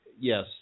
yes